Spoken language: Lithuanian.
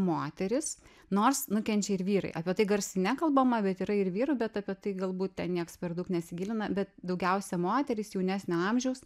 moterys nors nukenčia ir vyrai apie tai garsiai nekalbama bet yra ir vyrų bet apie tai galbūt ten nieks per daug nesigilina bet daugiausia moterys jaunesnio amžiaus